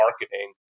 marketing